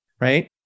right